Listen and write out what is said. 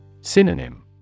Synonym